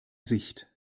sicht